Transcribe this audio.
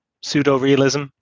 pseudo-realism